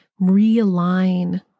realign